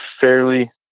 fairly